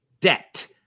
debt